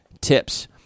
tips